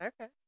Okay